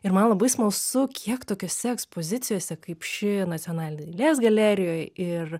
ir man labai smalsu kiek tokiose ekspozicijose kaip ši nacionalinėj dailės galerijoj ir